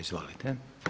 Izvolite.